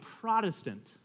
Protestant